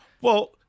Well-